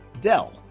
Dell